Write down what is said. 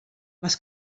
les